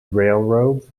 railroads